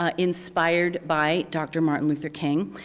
ah inspired by dr. martin luther king.